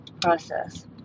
process